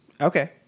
Okay